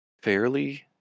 fairly